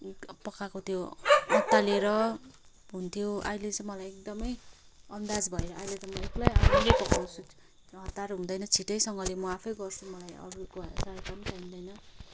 पकाएको त्यो अत्तालिएर हुन्थ्यो अहिले चाहिँ मलाई एकदमै अन्दाज भएर अहिले त म एक्लै आफै पकाउँछु हतार हुँदैन छिटैसँगले म आफै गर्छु मलाई अरूको सहायता पनि चाहिँदैन